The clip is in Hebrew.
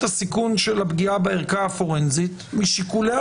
הסיכון של הפגיעה בערכה הפורנזית משיקוליה,